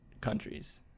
countries